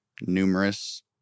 numerous